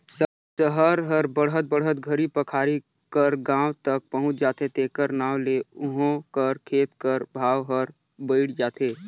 सहर हर बढ़त बढ़त घरी पखारी कर गाँव तक पहुंच जाथे तेकर नांव ले उहों कर खेत कर भाव हर बइढ़ जाथे